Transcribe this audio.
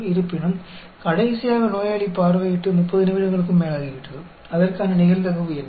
இருப்பினும் கடைசியாக நோயாளி பார்வையிட்டு 30 நிமிடங்களுக்கும் மேலாகிவிட்டது அதற்கான நிகழ்தகவு என்ன